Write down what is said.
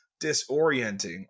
disorienting